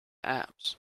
apps